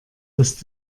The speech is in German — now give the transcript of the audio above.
dass